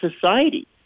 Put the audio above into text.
society